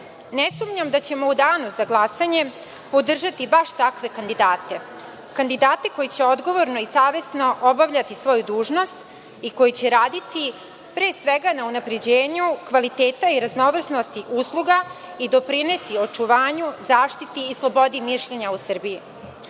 sumnjam da ćemo u danu za glasanje podržati baš takve kandidate. Kandidate koji će odgovorno i savesno obavljati svoju dužnost i koji će raditi pre svega na unapređenju kvaliteta i raznovrsnosti usluga i doprineti očuvanju, zaštiti i slobodi mišljenja u Srbiji. Ovom